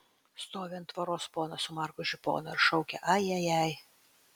stovi ant tvoros ponas su margu žiponu ir šaukia ajajai